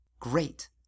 Great